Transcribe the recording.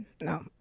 no